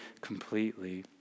completely